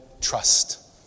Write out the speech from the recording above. trust